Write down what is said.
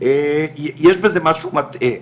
יש בזה משהו מטעה.